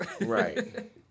Right